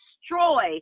destroy